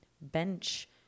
bench